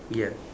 ya